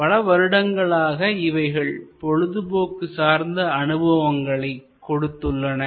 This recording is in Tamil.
பல வருடங்களாக இவைகள் பொழுதுபோக்கு சார்த்த அனுபவங்களை கொடுத்து உள்ளன